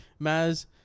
Maz